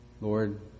Lord